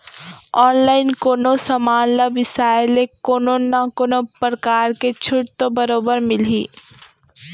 online कोनो समान ल बिसाय ले कोनो न कोनो परकार के छूट तो बरोबर मिलही